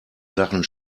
sachen